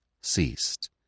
ceased